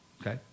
okay